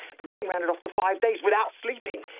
but you can round it off to five days without sleeping.